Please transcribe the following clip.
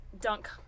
dunk